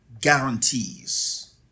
guarantees